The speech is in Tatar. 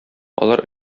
алар